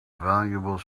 valuable